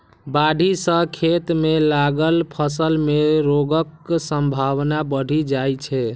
बाढ़ि सं खेत मे लागल फसल मे रोगक संभावना बढ़ि जाइ छै